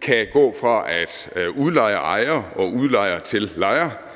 kan gå fra, at ejer udlejer til lejer,